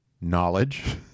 knowledge